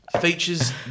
features